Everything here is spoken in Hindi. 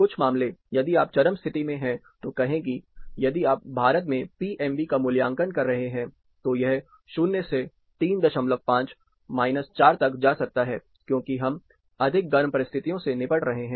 कुछ मामले यदि आप चरम स्थिति में हैं तो कहें कि यदि आप भारत में पीएमवी का मूल्यांकन कर रहे हैं तो यह शून्य से 35 माइनस 4 तक जा सकता है क्योंकि हम अधिक गर्म परिस्थितियों से निपट रहे हैं